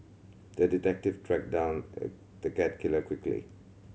the detective tracked down the cat killer quickly